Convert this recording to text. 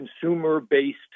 consumer-based